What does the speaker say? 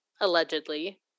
allegedly